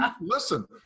listen